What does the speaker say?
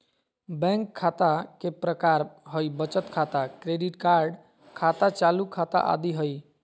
bank खता के प्रकार हइ बचत खाता, क्रेडिट कार्ड खाता, चालू खाता आदि हइ